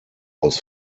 aus